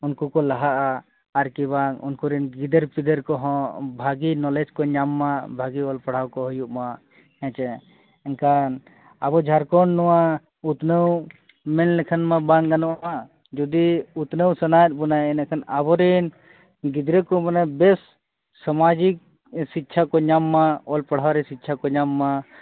ᱩᱱᱠᱚᱠᱚ ᱞᱟᱦᱟᱜᱼᱟ ᱟᱨᱠᱤ ᱵᱟᱝ ᱩᱱᱠᱚᱨᱮᱱ ᱜᱤᱫᱟᱹᱨᱼᱯᱤᱫᱟᱹᱨ ᱠᱚᱦᱚᱸ ᱵᱷᱟᱜᱮ ᱱᱚᱞᱮᱡᱽ ᱠᱚ ᱧᱟᱢ ᱢᱟ ᱵᱷᱟᱜᱮ ᱚᱞᱼᱯᱟᱲᱦᱟᱣᱠᱚ ᱦᱩᱭᱩᱜ ᱢᱟ ᱦᱮᱸ ᱪᱮ ᱮᱱᱠᱷᱟᱱ ᱟᱵᱚ ᱡᱷᱟᱲᱠᱷᱚᱸᱰ ᱱᱚᱣᱟ ᱤᱛᱱᱟᱹᱣ ᱢᱮᱱ ᱞᱮᱠᱷᱟᱱ ᱢᱟ ᱵᱟᱝ ᱜᱟᱱᱚᱜᱼᱟ ᱡᱩᱫᱤ ᱩᱛᱱᱟᱹᱣ ᱥᱟᱱᱟᱭᱮᱫᱵᱚᱱᱟ ᱮᱰᱮᱠᱷᱟᱱ ᱟᱵᱚᱨᱮᱱ ᱜᱤᱫᱽᱨᱟᱹᱠᱚ ᱢᱟᱱᱮ ᱵᱮᱥ ᱥᱚᱢᱟᱡᱤᱠ ᱥᱤᱠᱠᱷᱟᱠᱚ ᱧᱟᱢ ᱢᱟ ᱚᱞᱼᱯᱟᱲᱦᱟᱣᱨᱮ ᱥᱤᱠᱠᱷᱟᱠᱚ ᱧᱟᱢ ᱢᱟ